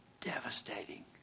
devastating